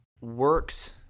works